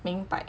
明白